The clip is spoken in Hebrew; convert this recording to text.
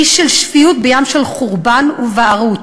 אי של שפיות בים של חורבן ובערות.